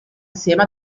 assieme